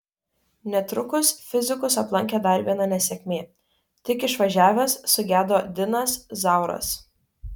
netrukus fizikus aplankė dar viena nesėkmė tik išvažiavęs sugedo dinas zauras